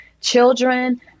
children